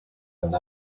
and